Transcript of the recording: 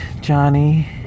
Johnny